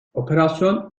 operasyon